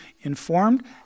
informed